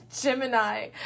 Gemini